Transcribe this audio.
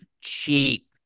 cheap